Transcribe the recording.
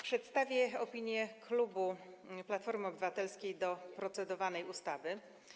Przedstawię opinię klubu Platformy Obywatelskiej dotyczącą procedowanej ustawy.